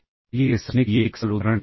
आइए इसे समझने के लिए एक सरल उदाहरण लें